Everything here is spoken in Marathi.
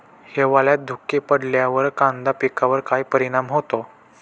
हिवाळ्यात धुके पडल्यावर कांदा पिकावर काय परिणाम होतो?